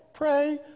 Pray